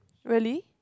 really